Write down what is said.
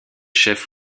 chef